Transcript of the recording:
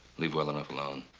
leave well enough alone.